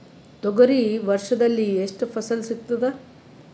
ತೊಗರಿ ವರ್ಷದಲ್ಲಿ ಎಷ್ಟು ಫಸಲ ಸಿಗತದ?